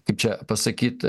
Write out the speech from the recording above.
kaip čia pasakyt